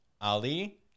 Ali